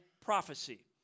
prophecy